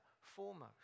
Foremost